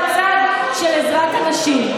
בצד של עזרת הנשים,